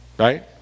Right